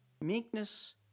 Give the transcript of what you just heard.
meekness